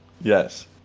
Yes